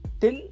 till